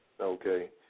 Okay